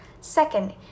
Second